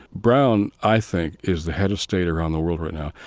brown, i think, is the head of state around the world right now.